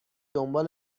دنبال